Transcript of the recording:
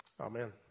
Amen